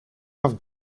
have